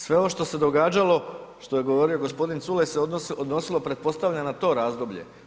Sve ovo što se događalo, što je govorio gospodin Culej se odnosilo pretpostavljam na to razdoblje.